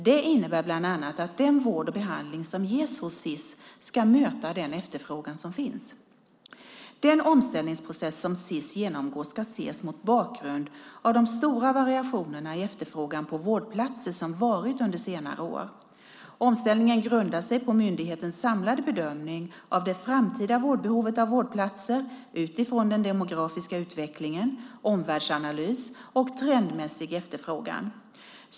Det innebär bland annat att den vård och behandling som ges hos SiS ska möta den efterfrågan som finns. Den omställningsprocess som SiS genomgår ska ses mot bakgrund av de stora variationer i efterfrågan på vårdplatser som varit under senare år. Omställningen grundar sig på myndighetens samlade bedömning av det framtida behovet av vårdplatser utifrån den demografiska utvecklingen, omvärldsanalys och trendmässig efterfrågan.